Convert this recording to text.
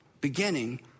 beginning